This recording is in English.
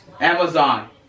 Amazon